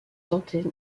tenté